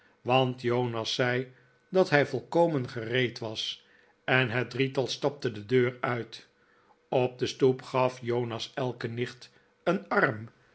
want jonas zei dat hij volkomen gereed was en het drietal stapte de deur uit op de stoep gaf jonas elke nicht een arm